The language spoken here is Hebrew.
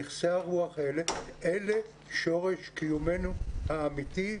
נכסי הרוח האלה, אלה שורש קיומנו האמיתי.